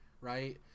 right